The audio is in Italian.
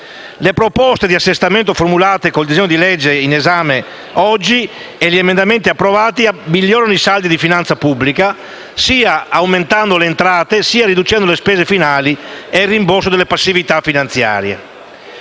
Le proposte di assestamento formulate con il disegno di legge in esame e gli emendamenti approvati migliorano i saldi di finanza pubblica sia aumentando le entrate sia riducendo le spese finali e il rimborso delle passività finanziarie.